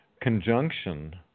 conjunction